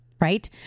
right